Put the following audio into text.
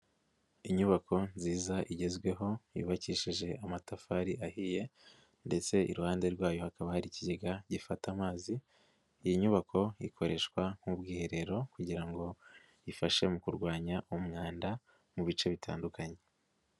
Inyubako nziza igezweho yubakishije amatafari ahiye ndetse iruhande rwayo hakaba hari ikigega gifata amazi, iyi nyubako ikoreshwa nk'ubwiherero kugira ngo ifashe mu kurwanya umwanda mu bice bitandukanye.